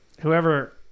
whoever